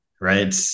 Right